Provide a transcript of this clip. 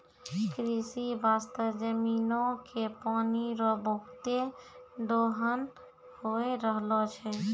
कृषि बास्ते जमीनो के पानी रो बहुते दोहन होय रहलो छै